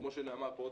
כמו שנאמר פה,